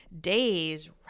days